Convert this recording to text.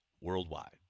worldwide